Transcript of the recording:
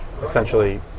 Essentially